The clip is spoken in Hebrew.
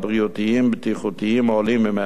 הבריאותיים-בטיחותיים העולים ממנו,